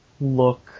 look